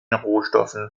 rohstoffen